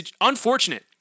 unfortunate